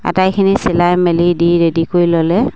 আটাইখিনি চিলাই মেলি দি ৰেডি কৰি ল'লে